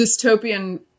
dystopian